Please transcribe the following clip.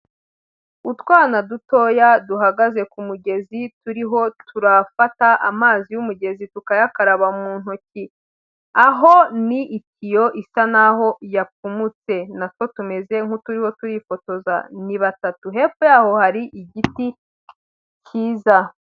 Utwana dutoya duhagaze ku mugezi, turiho turafata amazi y'umugezi tukayakaraba mu ntoki. Aho ni itiyo isa n'aho yapfumutse, na two tumeze nk'uturiho turifotoza, ni batatu. Hepfo yaho hari igiti cyiza.